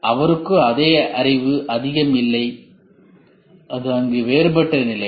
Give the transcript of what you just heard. எனவே அவருக்கு அதே அறிவு அதிகம் இல்லை அது அங்கு வேறுபட்ட நிலை